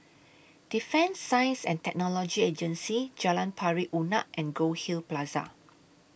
Defence Science and Technology Agency Jalan Pari Unak and Goldhill Plaza